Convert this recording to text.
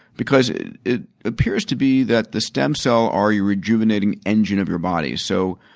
because it it appears to be that the stem cell are your rejuvenating engine of your body. so,